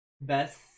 best